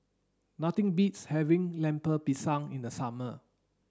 nothing beats having Lemper Pisang in the summer